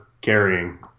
carrying